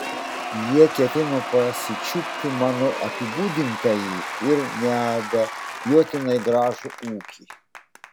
jie ketino pasičiupti mano apibūdintąjį ir neabejotinai gražų ūkį